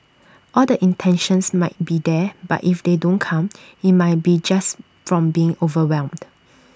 all the intentions might be there but if they don't come IT might be just from being overwhelmed